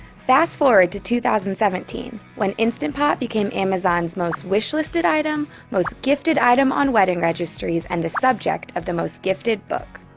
fast-forward to two thousand and seventeen, when instant pot became amazon's most wish-listed item, most gifted item on wedding registries and the subject of the most gifted book.